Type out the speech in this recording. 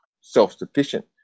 self-sufficient